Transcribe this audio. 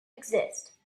exist